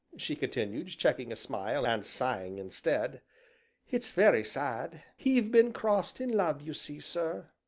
she continued, checking a smile, and sighing instead it's very sad, he've been crossed in love you see, sir.